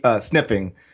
sniffing